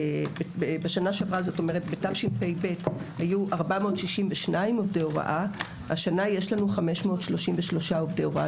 כלומר תשפ"ב היו 462 עובדי הוראה השנה יש לנו 533 עובדי הוראה,